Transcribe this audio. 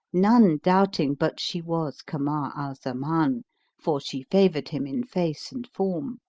none doubting but she was kamar al-zaman, for she favoured him in face and form